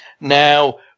now